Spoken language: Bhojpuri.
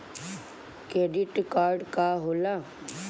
क्रेडिट कार्ड का होला?